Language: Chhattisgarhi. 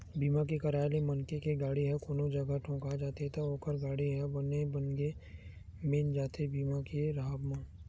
बीमा के कराय ले मनखे के गाड़ी ह कोनो जघा ठोका जाथे त ओखर गाड़ी ह बने बनगे मिल जाथे बीमा के राहब म